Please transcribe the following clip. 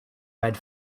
red